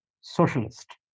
socialist